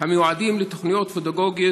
המיועדים לתוכניות פדגוגיות,